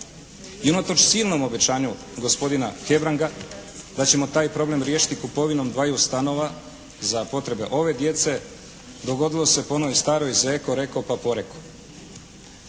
I unatoč silnom obećanju gospodina Hebranga da ćemo taj problem riješiti kupovinom dvaju stanova za potrebe ove djece dogodilo se po onoj staroj zeko reko pa poreko.